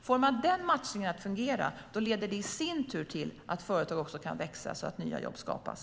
Får man den matchningen att fungera leder det i sin tur till att företag kan växa, så att nya jobb skapas.